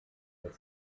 mit